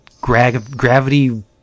gravity